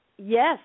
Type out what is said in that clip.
Yes